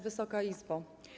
Wysoka Izbo!